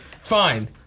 Fine